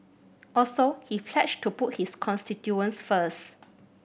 also he pledged to put his constituent first